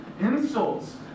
Insults